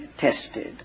tested